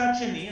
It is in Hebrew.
מצד שני,